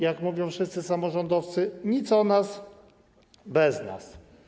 Jak mówią wszyscy samorządowcy: nic o nas bez nas.